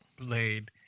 Blade